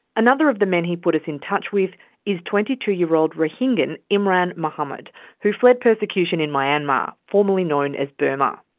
another of the men he put us in touch with is twenty two year old rohingyan imran mohammed who fled persecution in myanmar, formerly known as burma.